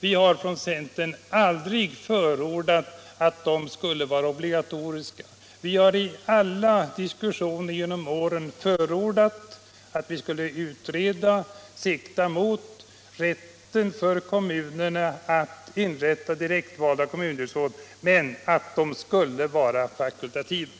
Vi har från centern aldrig förordat att de råden skulle vara obligatoriska. Vi har i alla diskussioner genom åren förordat att man skulle utreda och sikta mot rätten för kommunerna att inrätta direktvalda kommundelsråd - men att de skulle vara fakultativa.